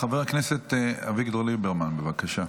חבר הכנסת אביגדור ליברמן, בבקשה.